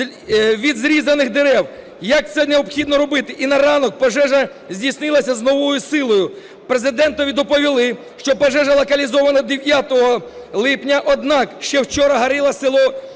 від зрізаних дерев, як це необхідно робити, і на ранок пожежа здійснилася з новою силою. Президентові доповіли, що пожежа локалізована 9 липня, однак ще вчора горіло село